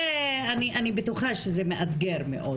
זה, אני בטוחה שמאתגר מאוד.